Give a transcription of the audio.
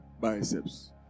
biceps